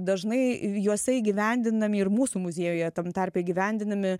dažnai juose įgyvendinami ir mūsų muziejuje tam tarpe įgyvendinami